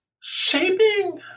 shaping